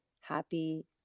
happy